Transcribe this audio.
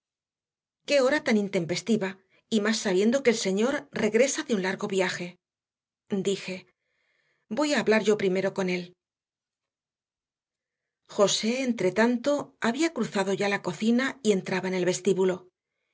qué hora tan intempestiva y más sabiendo que el señor regresa de un largo viaje dije voy a hablar yo primero con él josé entretanto había cruzado ya la cocina y entraba en el vestíbulo